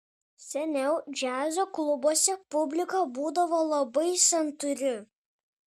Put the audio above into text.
seniau džiazo klubuose publika būdavo labai santūri